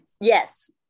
Yes